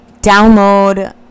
Download